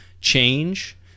change